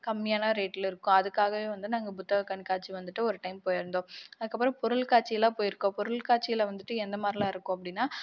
கம்மியான ரேட்ல இருக்கும் அதுக்காகவே வந்து நாங்கள் புத்தக கண்காட்சி வந்துட்டு ஒரு டைம் போயிருந்தோம் அதுக்கப்பறம் பொருள்காட்சியெல்லாம் போயிருக்கோம் பொருள்காட்சியில் வந்துட்டு எந்தமாதிரிலாம் இருக்கும் அப்படீன்னா